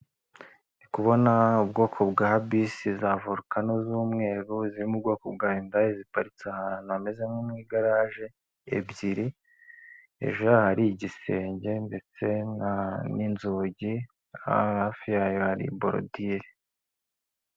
Ndikubona ubwoko bwa bisi za vorukano z'umweru, iziri mu bwoko bwa Yundayi ziparitse ahantu hameze nko mu igaraje ebyiri, hajuru hari igisenge ndetse n'inzugi, hafi yayo hari borodire.